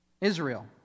Israel